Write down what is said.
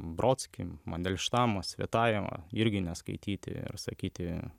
brodskį mandelštamą svetajemą irgi na skaityti ir sakyti